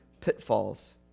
pitfalls